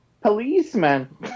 policeman